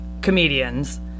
comedians